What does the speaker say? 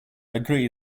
agree